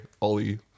Ollie